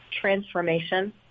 transformation